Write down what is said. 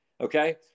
okay